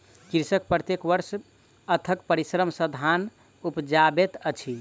कृषक प्रत्येक वर्ष अथक परिश्रम सॅ धान उपजाबैत अछि